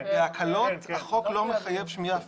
בהקלות החוק לא מחייב שמיעה פיסית,